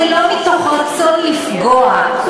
ולא מתוך רצון לפגוע,